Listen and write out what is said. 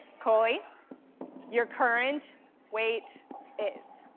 koli your current weight is